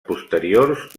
posteriors